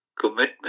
commitment